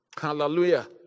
Hallelujah